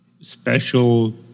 special